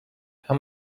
how